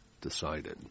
decided